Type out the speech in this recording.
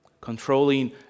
controlling